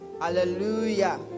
Hallelujah